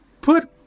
Put